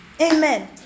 Amen